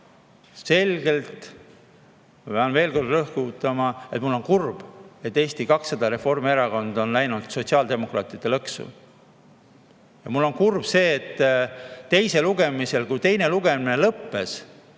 selgelt … Ma pean veel kord rõhutama, et mul on kurb, et Eesti 200 ja Reformierakond on läinud sotsiaaldemokraatide lõksu. Ja mul on kurb, et teisel lugemisel, kui teine lugemine lõppes,